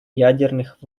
ядерных